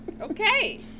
Okay